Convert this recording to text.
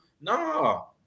No